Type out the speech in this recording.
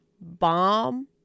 bomb